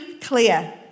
clear